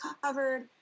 covered